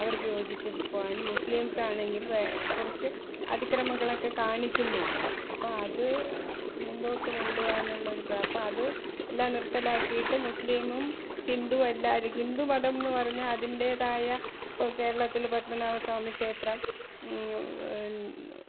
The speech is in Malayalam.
അവർക്ക് യോജിച്ചു പോകാനും മുസ്ലിംസാണെങ്കിൽ കുറച്ച് അതിക്രമങ്ങളൊക്കെ കാണിക്കുന്നുണ്ട് അപ്പോൾ അതു മുൻപോട്ടു കൊണ്ടുപോകാനുള്ളൊരു പ്രാപ്പ് അപ്പം അത് എല്ലാം നിർത്തലാക്കിയിട്ട് മുസ്ലീമും ഹിന്ദുവെല്ലാവരും ഹിന്ദുമതമെന്നു പറഞ്ഞാൽ അതിൻ്റേതായ ഇപ്പം കേരളത്തിൽ പത്മനാഭസ്വാമി ക്ഷേത്രം